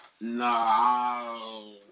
No